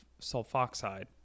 sulfoxide